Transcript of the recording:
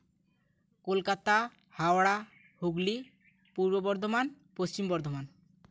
Kolkata Howrah Hooghly Purba Bardhaman Paschim Bardhaman